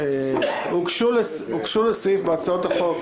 7. הוגשו לסעיף בהצעות החוק